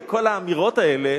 וכל האמירות האלה,